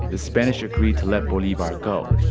the spanish agree to let bolivar go.